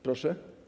Proszę?